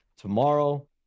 tomorrow